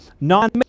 Non